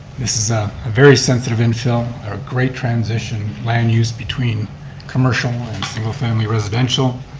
this is ah a very sensitive infill, a great transition, land use between commercial and family residential.